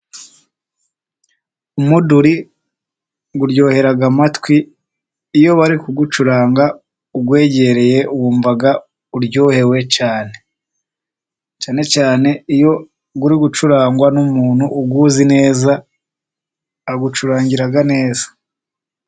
Umuduri uryohera amatwi iyo bari kuwucuranga uwegereye wumva uryohewe cyane. Cyane cyane iyo uri gucurangwa n'umuntu uwuzi neza awucuranga neza.